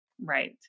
Right